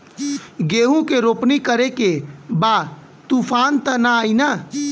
गेहूं के रोपनी करे के बा तूफान त ना आई न?